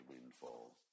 windfall